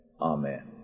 amen